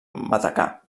matacà